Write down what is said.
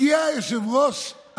הגיע היושב-ראש,